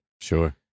Sure